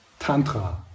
Tantra